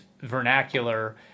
vernacular